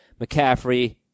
McCaffrey